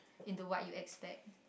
into what you expect